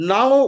Now